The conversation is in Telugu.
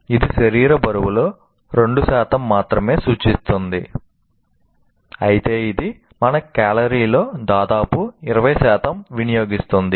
ఇది శరీర బరువులో 2 మాత్రమే సూచిస్తుంది అయితే ఇది మన కేలరీలలో దాదాపు 20 వినియోగిస్తుంది